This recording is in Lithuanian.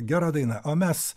gera daina o mes